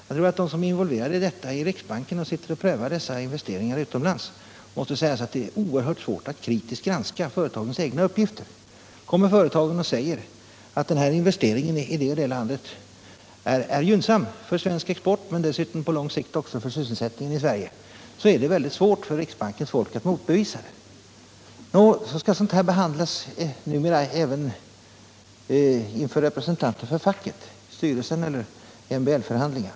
Jag tror att de som är involverade i detta i riksbanken och sitter och prövar investeringarna utomlands måste säga sig att det är oerhört svårt att kritiskt granska företagens uppgifter. Om företaget säger att den här investeringen i det och det landet är gynnsam för svensk export och på lång sikt dessutom för sysselsättningen i Sverige, så är det väldigt svårt för riksbankens folk att motbevisa det. Numera skall sådana här ärenden behandlas även inför representanter för facket — i styrelsen eller i MBL-förhandlingar.